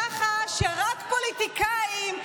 ככה שרק פוליטיקאים,